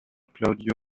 claudio